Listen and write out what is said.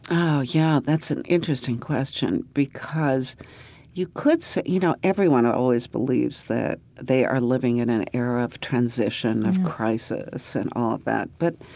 oh yeah, that's an interesting question. because you could say, you know, everyone always believes that they are living in an era of transition, of crisis and all of that. but,